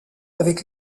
avec